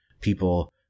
people